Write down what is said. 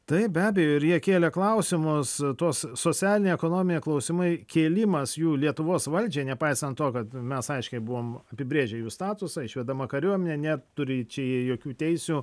taip be abejo ir jie kėlė klausimus tuos socialiniai ekonominiai klausimai kėlimas jų lietuvos valdžiai nepaisant to kad mes aiškiai buvom apibrėžę jų statusą išvedama kariuomenė neturi čia jokių teisių